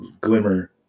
Glimmer